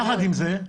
יחד עם זאת,